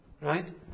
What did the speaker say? Right